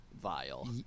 vile